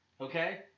okay